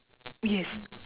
yes